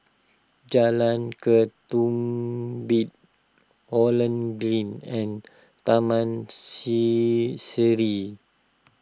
Jalan Ketumbit Holland Green and Taman see Sireh